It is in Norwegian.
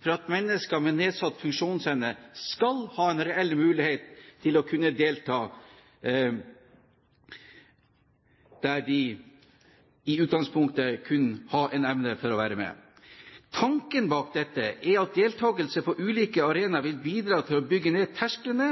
for at mennesker med nedsatt funksjonsevne skal ha en reell mulighet til å kunne delta der de i utgangspunktet ikke har evne til å være med. Tanken bak dette er at deltakelse på ulike arenaer vil bidra til å bygge ned tersklene